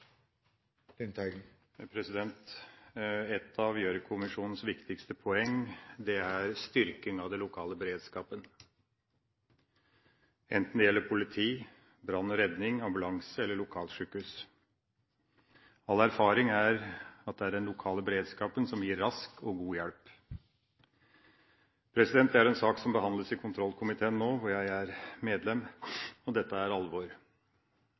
enten det gjelder politi, brann og redning, ambulanse eller lokalsykehus. All erfaring er at det er den lokale beredskapen som gir rask og god hjelp. Dette er en sak som behandles i kontroll- og konstitusjonskomiteen nå, hvor jeg er medlem, og dette er alvor.